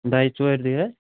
دۄیہِ ژورِ دۄہَے حظ